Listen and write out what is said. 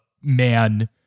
man